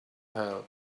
help